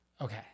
Okay